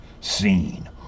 seen